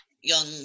young